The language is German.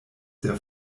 der